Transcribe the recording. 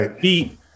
beat